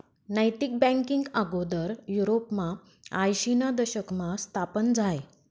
नैतिक बँकींग आगोदर युरोपमा आयशीना दशकमा स्थापन झायं